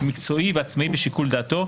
מקצועי ועצמאי בשיקול דעתו,